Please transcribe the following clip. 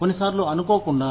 కొన్నిసార్లు అనుకోకుండా